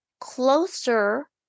closer